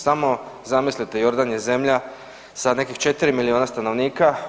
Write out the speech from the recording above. Samo zamislite Jordan je zemlja sa nekih 4 milijuna stanovnika.